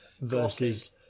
versus